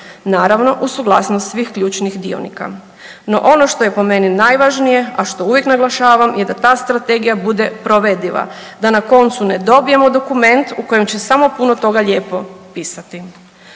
naravno uz suglasnost svih ključnih dionika. No, ono što je po meni najvažnije, a što uvijek naglašavam je da ta strategija bude provediva da na koncu ne dobijemo dokument u kojem će samo puno toga lijepo pisati.